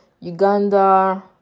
Uganda